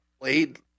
played